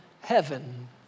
heaven